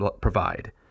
provide